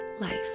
life